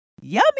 Yummy